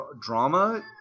drama